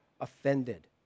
offended